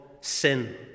sin